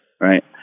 right